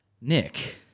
Nick